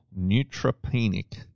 neutropenic